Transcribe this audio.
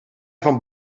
van